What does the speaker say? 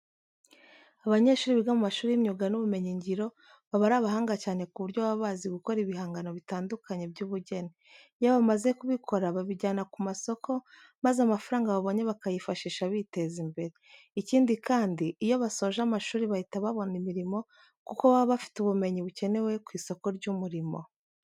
Abanyeshuri biga mu mashuri y'imyuga n'ubumenyingiro baba ari abahanga cyane ku buryo baba bazi gukora ibihangano bitandukanye by'ubugeni. Iyo bamaze kubikora babijyana ku masoko maza amafaranga babonye bakayifashisha biteza imbere. Ikindi kandi, iyo basoje amashuri bahita babona imirimo kuko baba bafite ubumenyi bukenewe ku isoko ry'umurimo.